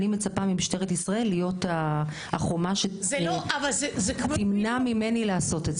אני מצפה ממשטרת ישראל להיות החומה שתמנע ממני לעשות את זה.